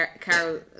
Carol